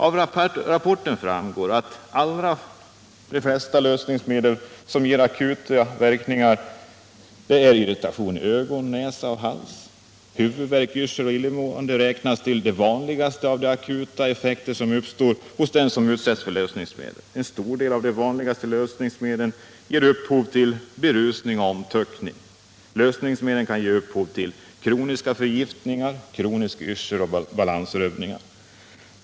Av rapporten framgår att de flesta lösningsmedel ger akuta verkningar som irritation i ögon, näsa och hals. Huvudvärk, yrsel och illamående räknas till de vanligaste av de akuta effekter som uppstår hos den som utsätts för lösningsmedel. En stor del av de vanligaste lösningsmedlen ger upphov till berusning och omtöckning. Lösningsmedlen kan också ge upphov till kroniska förgiftningar, kronisk yrsel och balansrubbningar.